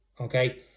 Okay